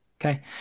Okay